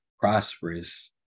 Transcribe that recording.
prosperous